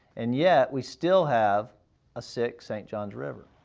and yet we still have a sick st. johns river.